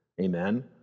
Amen